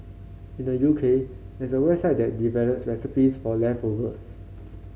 in the U K there's a website that develops recipes for leftovers